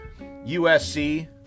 USC